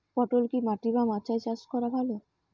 পটল কি মাটি বা মাচায় চাষ করা ভালো?